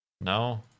No